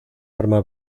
arma